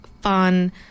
fun